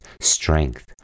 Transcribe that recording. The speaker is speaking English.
strength